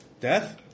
Death